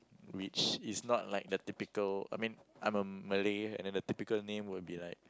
rich is not like the typical I mean I'm a Malay and then the typical name will be like